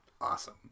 awesome